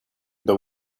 the